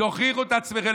תוכיחו את עצמכן,